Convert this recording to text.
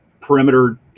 perimeter